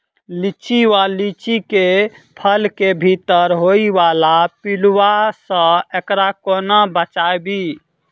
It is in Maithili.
लिच्ची वा लीची केँ फल केँ भीतर होइ वला पिलुआ सऽ एकरा कोना बचाबी?